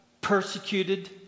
persecuted